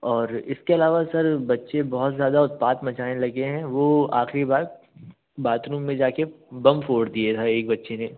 और इसके अलवा सर बच्चे बहुत ज़्यादा उत्पात मचाने लगे हैं वो आख़िरी बार बाथरूम में जाकर बम फोड़ दिए था एक बच्चे ने